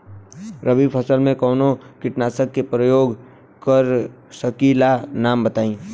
रबी फसल में कवनो कीटनाशक के परयोग कर सकी ला नाम बताईं?